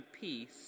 peace